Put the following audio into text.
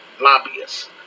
lobbyists